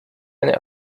eine